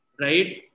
right